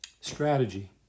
strategy